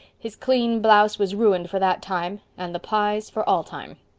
his clean blouse was ruined for that time and the pies for all time.